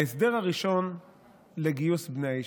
ההסדר הראשון לגיוס בני הישיבות.